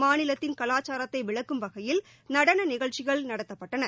மாநிலத்தின் கலாச்சாரத்தை விளக்கும் வகையில் நடன நிகழ்ச்சிகள் நடத்தப்பட்டன